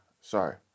Sorry